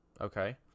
Okay